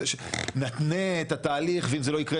ולהגיד נתנה את התהליך ואם זה לא יקרה,